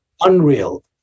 unreal